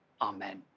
amen